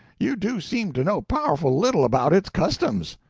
you do seem to know powerful little about its customs.